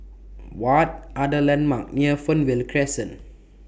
What Are The landmarks near Fernvale Crescent